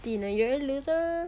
see you in a year loser